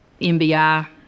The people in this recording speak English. MBI